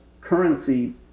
currency